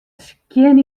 skjin